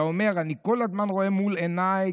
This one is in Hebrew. אתה אומר: אני כל הזמן רואה מול עיניי,